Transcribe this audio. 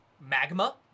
magma